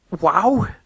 wow